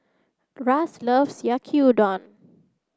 Ras loves Yaki Udon